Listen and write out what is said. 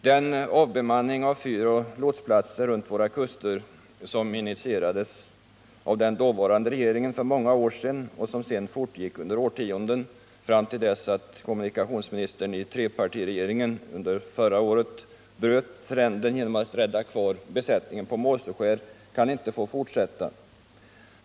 Den avbemanning av fyroch lotsplatser runt våra kuster som initierades av den dåvarande regeringen för många år sedan och som sedan fortgick under årtionden, fram till dess att kommunikationsministern i trepartiregeringen under förra året bröt trenden genom att rädda kvar besättningen på Måseskär, kan inte få fortsätta.